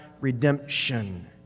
redemption